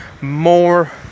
more